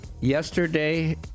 yesterday